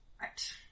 Right